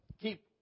Keep